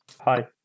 Hi